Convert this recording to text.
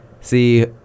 See